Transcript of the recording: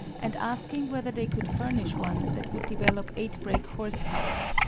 and asking whether they could furnish one that would develop eight brake-horsepower,